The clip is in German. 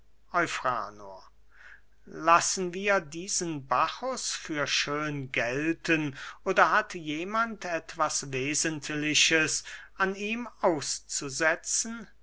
eufranor lassen wir diesen bacchus für schön gelten oder hat jemand etwas wesentliches an ihm auszusetzen